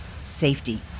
safety